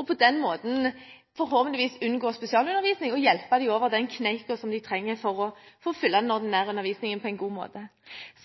og på den måten forhåpentligvis unngå spesialundervisning, og hjelpe dem over den kneika som de trenger for å følge den ordinære undervisningen på en god måte.